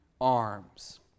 arms